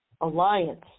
alliance